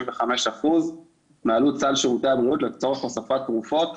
אחוז מעלות סל שירותי הבריאות לצורך הוספת תרופות,